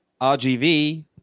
RGV